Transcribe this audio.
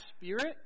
Spirit